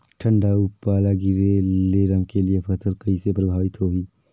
ठंडा अउ पाला गिरे ले रमकलिया फसल कइसे प्रभावित होही?